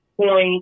point